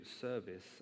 service